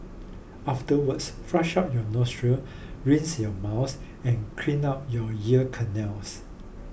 afterwards flush out your nostril rinse your mouth and clean out you ear canals